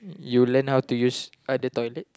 you learn how to use other toilets